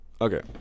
Okay